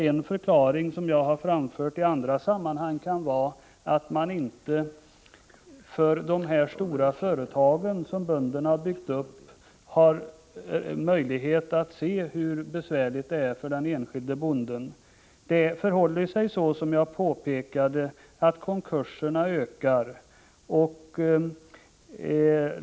En förklaring som jag framfört kan vara att man bara ser de stora företag som en del bönder har byggt upp och därför inte förstår hur besvärligt det är för den enskilde bonden. Det förhåller sig så, som jag påpekade, att konkurserna ökar.